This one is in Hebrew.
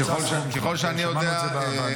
ככל שאני יודע --- שמענו את זה בוועדה.